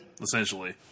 essentially